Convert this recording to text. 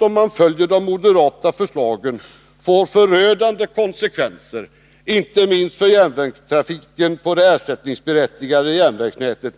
Om man följer de moderata förslagen, får det förödande konsekvenser, inte minst för trafiken på det ersättningsberättigade järnvägsnätet.